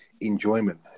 enjoyment